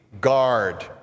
guard